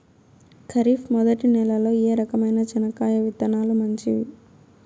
ఖరీఫ్ మొదటి నెల లో ఏ రకమైన చెనక్కాయ విత్తనాలు మంచివి